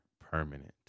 permanent